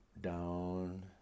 down